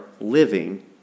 living